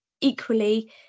equally